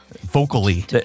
Vocally